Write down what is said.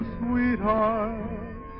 sweetheart